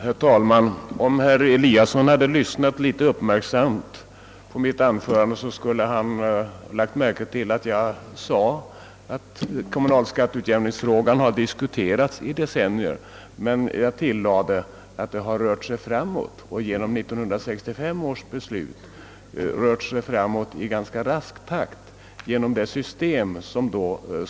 Herr talman! Om herr Eliasson i Sundborn hade lyssnat uppmärksamt på mitt anförande skulle han lagt märke till att jag visserligen sade att den kommunala skatteutjämningsfrågan har diskuterats i decennier, men att jag till lade att det rör sig framåt på denna punkt och att det genom 1965 års beslut har gjort det i ganska rask takt.